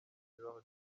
mirror